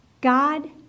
God